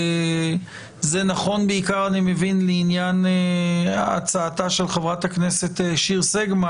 זה נכון בעיקר לעניין הצעתה של חברת הכנסת שיר סגמן.